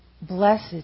Blessed